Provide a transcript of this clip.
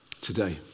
Today